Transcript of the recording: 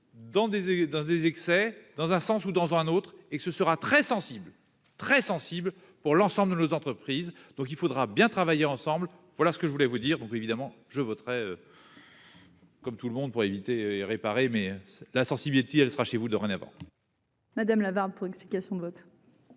dans des excès dans un sens ou dans un autre et ce sera très sensible, très sensible pour l'ensemble de nos entreprises, donc il faudra bien travailler ensemble, voilà ce que je voulais vous dire donc évidemment je voterai. Comme tout le monde pour éviter réparer mais la sensibilité, elle sera chez vous dorénavant. Madame Lavarde, explications de vote.